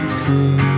free